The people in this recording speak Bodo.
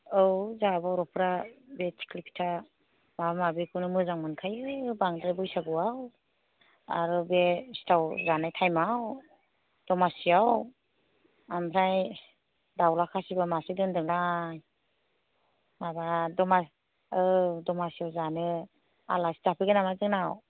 औ जोंहा बर'फ्रा बे थिख्लि फिथा माबा माबिखौनो मोजां मोनखायो बांद्राय बैसागुआव आरो बे सिथाव जानाय टाइम आव दमासियाव ओमफ्राय दाउज्ला खासिबो मासे दोनदोंलाय माबा दमासि औ दमासियाव जानो आलासि जाफैगोन नामा जोंनाव